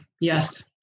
yes